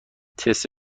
تست